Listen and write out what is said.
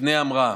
לפני המראה,